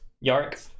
Yark